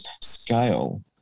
scale